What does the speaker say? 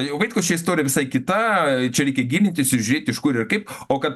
jau vaitkaus čia istorija visai kita čia reikia gilintis iš kur ir kaip o kad